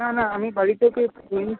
না না আমি বাড়িতে ওকে